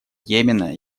йемена